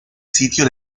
sitio